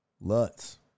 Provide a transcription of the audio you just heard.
Lutz